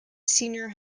senior